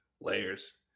Layers